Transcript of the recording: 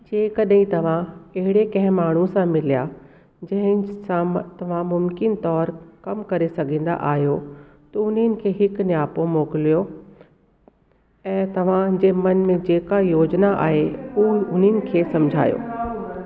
जेकॾहिं तव्हां अहिड़े कंहिं माण्हूअ सां मिलिया जंहिं सां तव्हां मुमकिन तौरु कमु करे सघंदा आहियो त उन्हनि खे हिकु नियापो मोकिलियो ऐं तव्हां जे मन में जेका योजना आहे उहा उन्हनि खे सम्झायो